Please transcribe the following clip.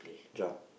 jump